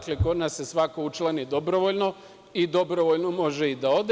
Kod nas se svako učlani dobrovoljno i dobrovoljno može i da ode.